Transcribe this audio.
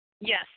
Yes